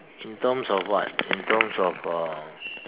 in terms of what in terms of uh